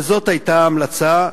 וזאת היתה ההמלצה.